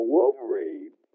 Wolverine